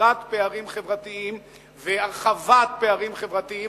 יצירת פערים חברתיים והרחבת פערים חברתיים,